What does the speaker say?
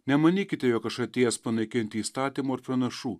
nemanykite jog aš atėjęs panaikinti įstatymo ir pranašų